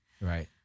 right